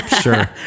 Sure